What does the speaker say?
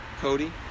Cody